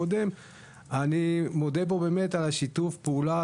אני מודה פה על שיתוף הפעולה,